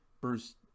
Bruce